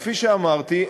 כפי שאמרתי,